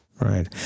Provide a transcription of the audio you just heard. right